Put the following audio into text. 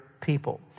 people